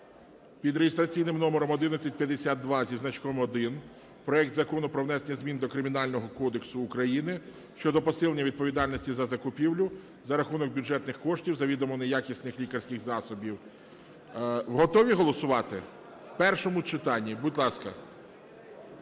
під реєстраційним номером 1152 зі значком 1, проект Закону про внесення змін до Кримінального кодексу України щодо посилення відповідальності за закупівлю за рахунок бюджетних коштів завідомо неякісних лікарських засобів. Готові голосувати? В першому читанні. Будь ласка.